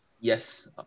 Yes